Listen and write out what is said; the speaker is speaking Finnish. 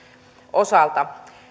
osalta